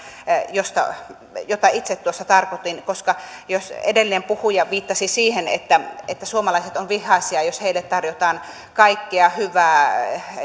jota itse tuossa tarkoitin jos edellinen puhuja viittasi siihen että suomalaiset ovat vihaisia jos heille tarjotaan kaikkea hyvää